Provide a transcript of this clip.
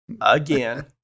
again